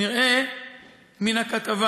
נראה מן הכתבה